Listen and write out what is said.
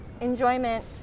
enjoyment